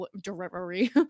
delivery